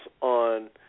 on